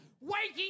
waking